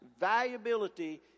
valuability